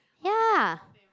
ya